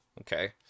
Okay